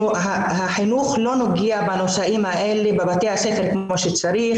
החינוך לא נוגע בנושאים האלה בבתי הספר כמו שצריך